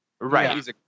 Right